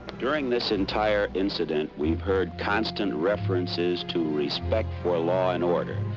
during this entire incident, we've heard constant references to respect for law and order,